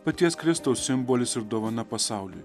paties kristaus simbolis ir dovana pasauliui